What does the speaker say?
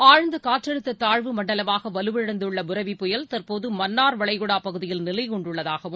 ஆழ்ந்தகாற்றழுத்ததாழ்வு மண்டலமாகவலுவிழந்துள்ள புரெவி புயல் தற்போதுமன்னார் வளைகுடாப் பகுதியில் நிலைக் கொண்டுள்ளதாகவும்